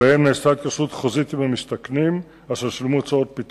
נערים ונערות שנמצאו על-ידי צה"ל בלתי